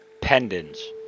pendants